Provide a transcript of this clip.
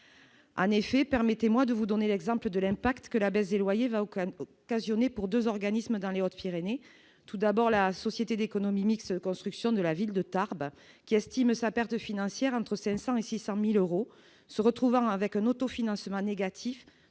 en effet, permettez-moi de vous donner l'exemple de l'impact que la baisse des loyers va aucun occasionné pour 2 organismes dans Les Hautes-Pyrénées tout d'abord, la société d'économie mixte de construction de la ville de Tarbes qui estime sa perte financière entre 500 et 600 1000 euros, se retrouvant avec un autofinancement négatif